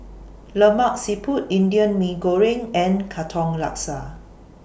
Lemak Siput Indian Mee Goreng and Katong Laksa